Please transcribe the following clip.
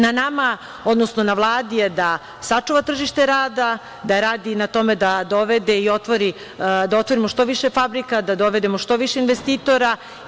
Na nama, odnosno na Vladi je da sačuva tržište rada, da radi na tome da dovede i da otvorimo što više fabrika, da dovedemo što više investitora.